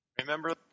Remember